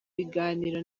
ibiganiro